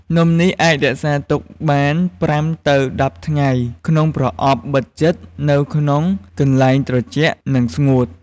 នំនេះអាចរក្សាទុកបាន ៥ ទៅ ១០ថ្ងៃក្នុងប្រអប់បិទជិតនៅក្នុងកន្លែងត្រជាក់និងស្ងួត។